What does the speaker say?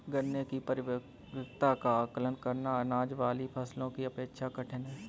गन्ने की परिपक्वता का आंकलन करना, अनाज वाली फसलों की अपेक्षा कठिन है